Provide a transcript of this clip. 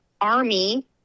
army